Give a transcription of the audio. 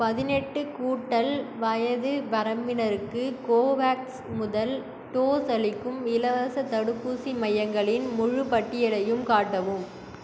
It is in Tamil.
பதினெட்டு கூட்டல் வயது வரம்பினருக்கு கோவேக்ஸ் முதல் டோஸ் அளிக்கும் இலவசத் தடுப்பூசி மையங்களின் முழுப் பட்டியலையும் காட்டவும்